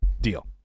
deal